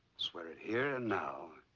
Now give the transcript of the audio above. swear it here and now